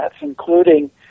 including